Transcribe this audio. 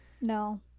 No